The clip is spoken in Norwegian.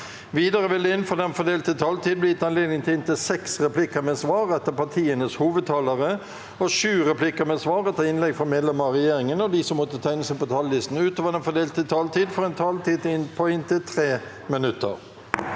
Videre vil det – innenfor den fordelte taletid – bli gitt anledning til inntil seks replikker med svar etter partienes hovedtalere og sju replikker med svar etter innlegg fra medlemmer av regjeringen, og de som måtte tegne seg på talerlisten utover den fordelte taletid, får en taletid på inntil 3 minutter.